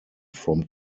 from